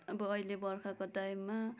अब अहिले बर्खाको टाइममा